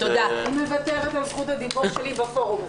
אני מוותרת על זכות הדיבור שלי בפורום הזה.